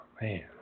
man